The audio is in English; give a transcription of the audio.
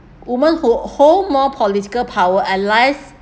women who hold more political power allies